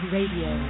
Radio